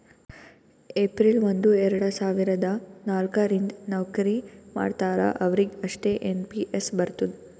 April ಒಂದು ಎರಡ ಸಾವಿರದ ನಾಲ್ಕ ರಿಂದ್ ನವ್ಕರಿ ಮಾಡ್ತಾರ ಅವ್ರಿಗ್ ಅಷ್ಟೇ ಎನ್ ಪಿ ಎಸ್ ಬರ್ತುದ್